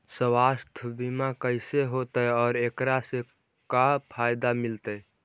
सवासथ बिमा कैसे होतै, और एकरा से का फायदा मिलतै?